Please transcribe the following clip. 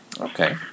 Okay